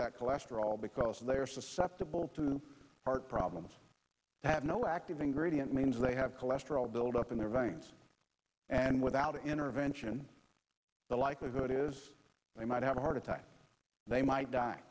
that cholesterol because they are susceptible to heart problems that no active ingredient means they have cholesterol build up in their veins and without intervention the likelihood is they might have a heart attack they might die